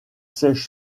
siège